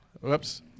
Whoops